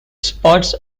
spots